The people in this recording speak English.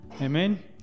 Amen